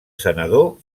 senador